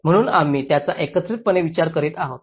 म्हणून आम्ही त्यांचा एकत्रितपणे विचार करीत आहोत